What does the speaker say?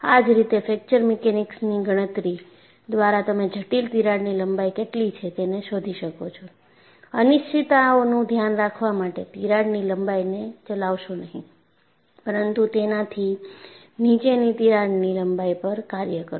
આ જ રીતે ફ્રેકચર મિકેનિક્સની ગણતરી દ્વારા તમે જટિલ તિરાડની લંબાઈ કેટલી છે તેને શોધી શકો છો અનિશ્ચિતતાઓનું ધ્યાન રાખવા માટે તિરાડની લંબાઈને ચલાવશો નહીં પરંતુ તેનાથી નીચેની તીરાડની લંબાઈ પર કાર્ય કરો